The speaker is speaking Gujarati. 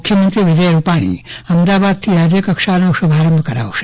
મુખ્યમંત્રી વિજય રૂપાલી અમદાવાદથી રાજ્યકક્ષાનો શુભારંભ કરાવશે